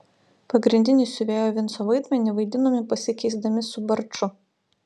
pagrindinį siuvėjo vinco vaidmenį vaidinome pasikeisdami su barču